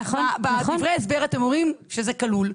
בדברי ההסבר אתם אומרים שזה כלול,